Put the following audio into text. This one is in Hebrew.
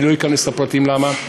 אני לא אכנס לפרטים למה,